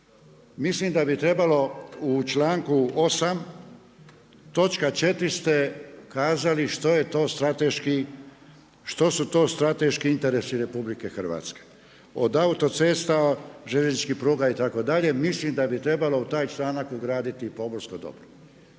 Mislim da bi trebalo u članku 8. točka 4. ste kazali što je to strateški, što su to strateški interesi RH od autocesta, željezničkih pruga itd. Mislim da bi trebalo u taj članak ugraditi i pomorsko dobro.